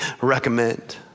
recommend